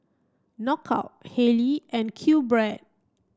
Knockout Haylee and QBread